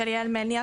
של יעל מלניאק,